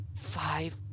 five